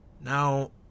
now